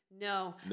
No